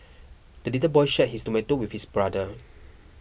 the little boy shared his tomato with his brother